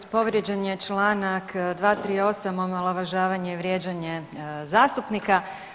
Povrijeđen je čl. 238. omalovažavanje i vrijeđanje zastupnika.